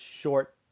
short